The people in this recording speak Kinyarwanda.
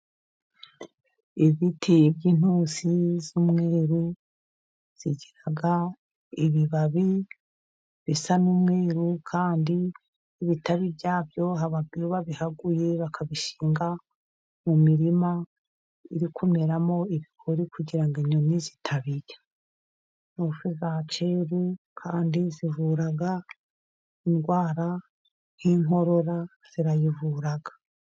Ibiti by'intusi z'umweru zigira ibibabi bisa n'umweru kandi ibitabi byabyo haba ubwo babihaguye bakabishinga mu mirima iri kumeramo ibigori kugira inyoni zitabirya, intusi za cyera kandi zivura indwara nk'inkorora zirayivura.